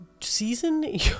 season